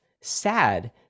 sad